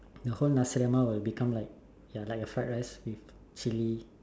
the whole nasi lemak will become like like a fried rice with chili